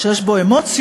שיש בו אמוציות,